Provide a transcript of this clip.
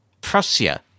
Prussia